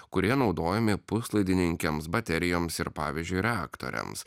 kurie naudojami puslaidininkiams baterijoms ir pavyzdžiui reaktoriams